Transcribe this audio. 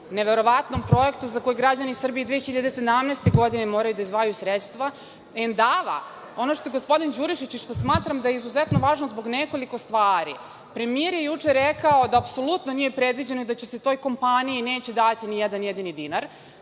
neverovatnom projektu za koji građani Srbije 2017. godine moraju da izdvajaju sredstva. „Endava“, ono što je gospodin Đurišić, i što smatram da je izuzetno važno zbog nekoliko stvari, premijer je juče rekao da apsolutno nije predviđeno i da se toj kompaniji neće dati ni jedan jedini dinar.